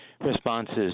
responses